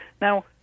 Now